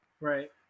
Right